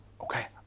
okay